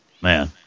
Man